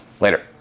later